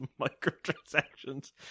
microtransactions